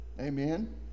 Amen